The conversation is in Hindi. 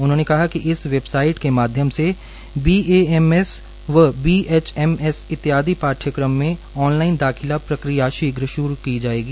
उन्होंने कहा कि इस वेबसाइट के माध्यम से बीएएमएस व बीएचएमएस इत्यादि पाठ्यक्रम में ऑनलाइन दाखिला प्रक्रिया शीघ्र श्रू की जाएगी